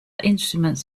instruments